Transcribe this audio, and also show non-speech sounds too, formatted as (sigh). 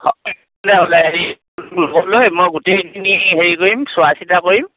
(unintelligible) মই গোটেইখিনি হেৰি কৰিম চোৱা চিতা কৰিম